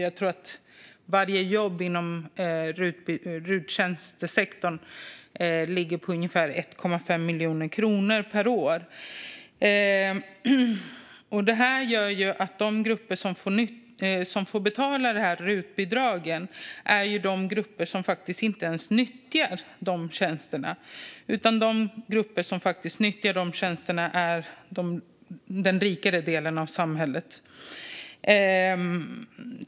Jag tror att varje jobb inom ruttjänstesektorn kostar ungefär 1,5 miljoner kronor per år. De grupper som får betala rutbidragen är alltså grupper som faktiskt inte ens nyttjar de tjänsterna. De grupper som nyttjar tjänsterna är till stor del den rikare delen av samhället.